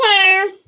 town